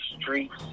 streets